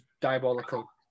diabolical